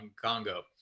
Congo